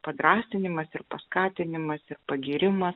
padrąsinimas ir paskatinimas ir pagyrimas